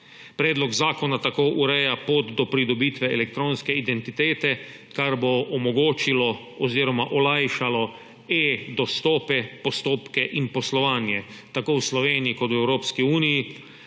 države. Predlog zakona tako ureja pot do pridobitve elektronske identitete, kar bo omogočilo oziroma olajšalo e-dostope, postopke in poslovanje tako v Sloveniji kot v Evropski uniji,